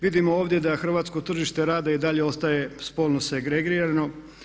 Vidimo ovdje da hrvatsko tržište rada i dalje ostaje spolno segregirano.